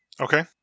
Okay